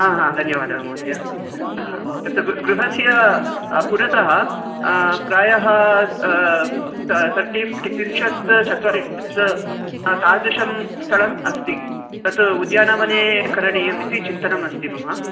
हा हा धन्यवादः महोदय तत् गृहस्य पुरतः प्रायः तर्टि त्रिंशत् चत्वारिंशत् तादृशं स्थलम् अस्ति तत् उद्यानवने करणीयम् इति चिन्तनमस्ति मम